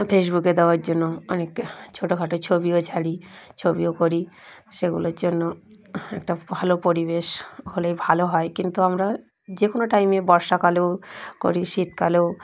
ফেসবুকে দেওয়ার জন্য অনেক ছোটোখাটো ছবিও ছাড়ি ছবিও করি সেগুলোর জন্য একটা ভালো পরিবেশ হলেই ভালো হয় কিন্তু আমরা যে কোনো টাইমে বর্ষাকালেও করি শীতকালেও